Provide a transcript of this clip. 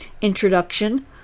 introduction